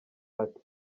ati